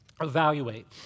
evaluate